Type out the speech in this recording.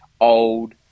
old